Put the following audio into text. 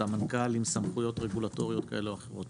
סמנכ"ל עם סמכויות רגולטוריות כאלה או אחרות,